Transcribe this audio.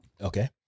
Okay